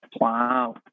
Wow